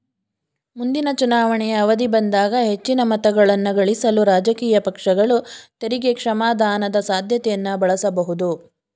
ಮುಂದಿನ ಚುನಾವಣೆಯ ಅವಧಿ ಬಂದಾಗ ಹೆಚ್ಚಿನ ಮತಗಳನ್ನಗಳಿಸಲು ರಾಜಕೀಯ ಪಕ್ಷಗಳು ತೆರಿಗೆ ಕ್ಷಮಾದಾನದ ಸಾಧ್ಯತೆಯನ್ನ ಬಳಸಬಹುದು